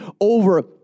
over